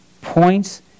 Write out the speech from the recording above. points